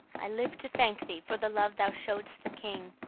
i live to thank thee for the love thou show'dst the king,